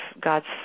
God's